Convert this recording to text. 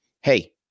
hey